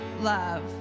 love